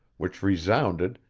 which resounded,